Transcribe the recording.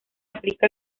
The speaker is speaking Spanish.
aplica